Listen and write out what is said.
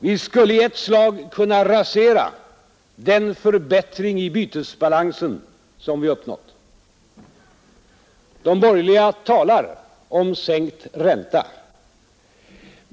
Vi skulle i ett slag kunna rasera den förbättring i bytesbalansen som vi uppnått. De borgerliga talar om sänkt ränta.